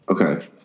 Okay